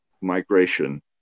migration